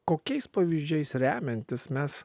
kokiais pavyzdžiais remiantis mes